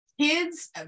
kids